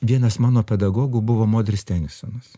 vienas mano pedagogų buvo modris tenisonas